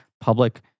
public